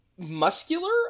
muscular